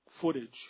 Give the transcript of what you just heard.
footage